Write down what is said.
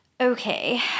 Okay